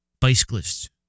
bicyclists